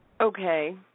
Okay